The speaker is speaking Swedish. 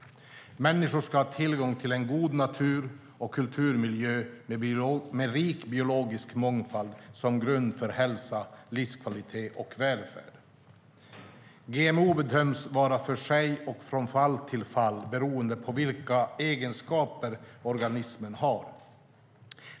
Människor ska ha tillgång till en god natur och kulturmiljö med rik biologisk mångfald, som grund för hälsa, livskvalitet och välfärd. GMO bedöms var för sig och från fall till fall beroende på vilka egenskaper organismen har.